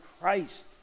Christ